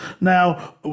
Now